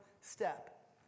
step